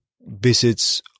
visits